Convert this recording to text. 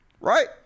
right